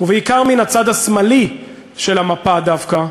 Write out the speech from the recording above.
ובעיקר מן הצד השמאלי של המפה דווקא,